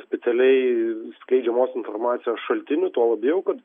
specialiai skleidžiamos informacijos šaltiniu tuo labiau kad